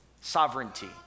sovereignty